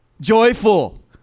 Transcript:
joyful